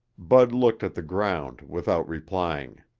bud looked at the ground without replying.